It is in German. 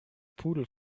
pudel